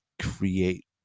create